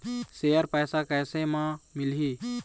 Share पैसा कैसे म मिलही?